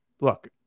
look